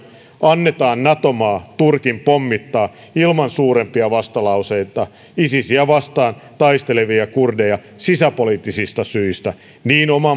annetaan nato maa turkin pommittaa ilman suurempia vastalauseita isisiä vastaan taistelevia kurdeja sisäpoliittisista syistä niin